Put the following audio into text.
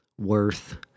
worth